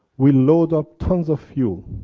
we load up tons of fuel,